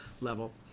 level